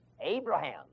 Abraham